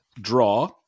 draw